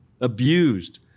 abused